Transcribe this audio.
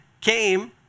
came